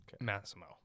Massimo